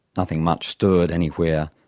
nothing much stirred anywhere.